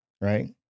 Right